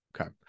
Okay